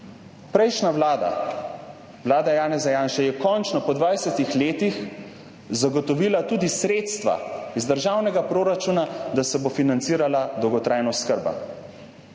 Prejšnja vlada, vlada Janeza Janše je končno po 20 letih zagotovila tudi sredstva iz državnega proračuna, da se bo financirala dolgotrajna oskrba.